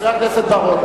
חבר הכנסת בר-און,